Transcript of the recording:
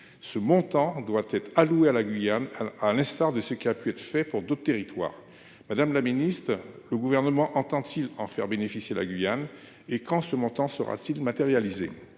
ce montant doit être allouée à la Guyane. À l'instar de ce qui a pu être fait pour d'autres territoires. Madame la ministre, le gouvernement entend-il en faire bénéficier la Guyane et quand ce montant sera-t-il matérialiser